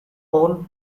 all